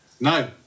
No